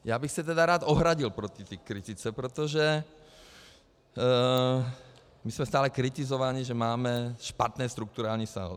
Já bych se tedy rád ohradil proti té kritice, protože my jsme stále kritizováni, že máme špatné strukturální saldo.